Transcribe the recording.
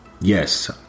Yes